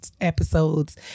episodes